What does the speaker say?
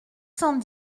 cent